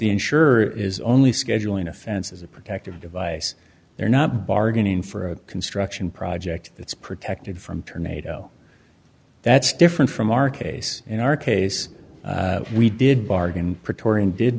the insurer is only scheduling offense as a protective device they're not bargaining for a construction project that's protected from term nato that's different from our case in our case we did bargain praetorian did